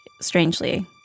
strangely